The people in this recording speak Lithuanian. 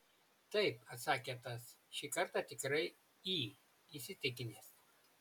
taip atsakė tas šį kartą tikrai į įsitikinęs